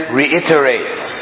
reiterates